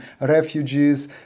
refugees